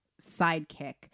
sidekick